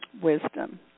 Wisdom